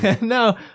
no